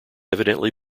evidently